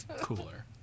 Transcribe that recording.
cooler